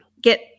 get